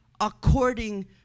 according